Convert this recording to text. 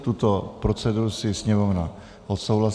Tuto proceduru si Sněmovna odsouhlasí.